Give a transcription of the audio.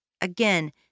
Again